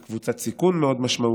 הם בקבוצת סיכון מאוד משמעותית.